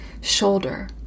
shoulder